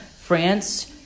France